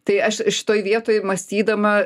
tai aš šitoj vietoj mąstydama